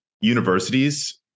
universities